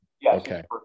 Yes